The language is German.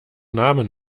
namen